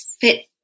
fit